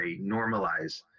normalize